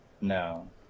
No